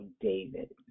David